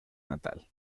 natal